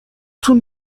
تون